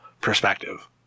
perspective